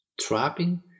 Trapping